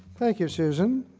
thank you, susan.